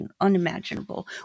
unimaginable